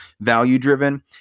value-driven